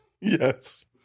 Yes